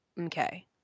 okay